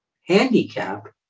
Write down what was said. handicap